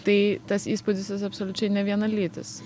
tai tas įspūdis jis absoliučiai nevienalytis